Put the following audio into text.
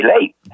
late